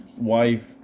wife